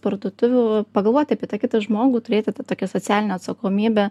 parduotuvių pagalvoti apie tą kitą žmogų turėti tą tokią socialinę atsakomybę